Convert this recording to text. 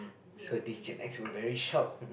so this Gen-X were very shock